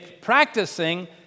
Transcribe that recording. practicing